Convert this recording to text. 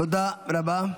תודה רבה.